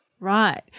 Right